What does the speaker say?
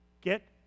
Get